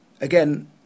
again